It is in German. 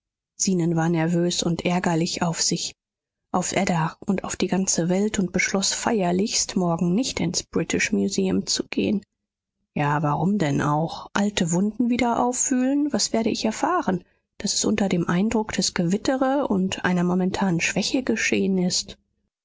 zenon war nervös und ärgerlich auf sich auf ada und auf die ganze welt und beschloß feierlichst morgen nicht ins british museum zu gehen ja warum denn auch alte wunden wieder aufwühlen was werde ich erfahren daß es unter dem eindruck des gewitters und einer momentanen schwäche geschehen ist